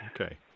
Okay